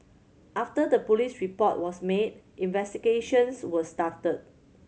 after the police report was made investigations were started